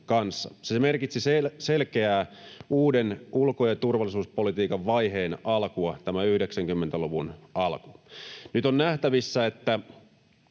merkitsi selkeää uuden ulko- ja turvallisuuspolitiikan vaiheen alkua. Nyt on nähtävissä, että